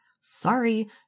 sorry